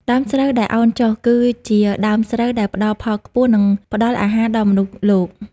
ដើមស្រូវដែលឱនចុះ គឺជាដើមស្រូវដែលផ្ដល់ផលខ្ពស់ និងផ្ដល់អាហារដល់មនុស្សលោក។